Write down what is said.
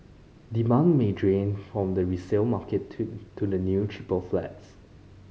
demand may drain from the resale market to to the new cheaper flats